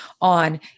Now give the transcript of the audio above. on